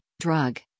drug